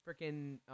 freaking